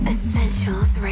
Essentials